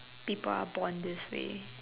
people are born this way